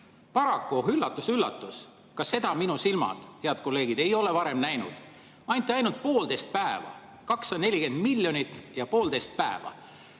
Paraku üllatus-üllatus! Ka seda minu silmad, head kolleegid, ei ole varem näinud. Anti ainult poolteist päeva! 240 miljonit, ja poolteist päeva!